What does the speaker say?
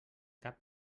cap